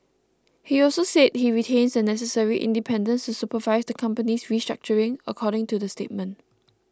he also said he retains the necessary independence to supervise the company's restructuring according to the statement